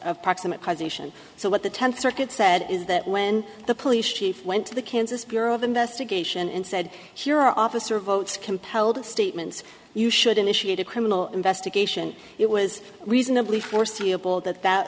of proximate cause nation so what the tenth circuit said is that when the police chief went to the kansas bureau of investigation and said here officer votes compelled statements you should initiate a criminal investigation it was reasonably foreseeable that